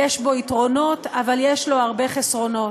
יש בו יתרונות, אבל יש לו הרבה חסרונות.